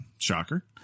Shocker